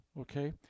okay